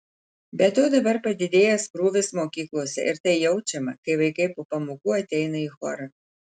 be to dabar padidėjęs krūvis mokyklose ir tai jaučiama kai vaikai po pamokų ateina į chorą